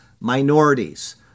minorities